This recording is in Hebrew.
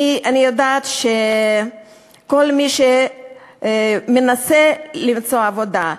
אני יודעת שכל מי שמנסה למצוא עבודה,